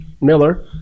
Miller